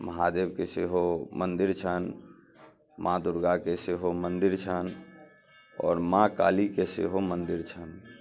महादेवके सेहो मन्दिर छनि माँ दुर्गाके सेहो मन्दिर छनि आओर माँ कालीके सेहो मन्दिर छनि